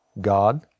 God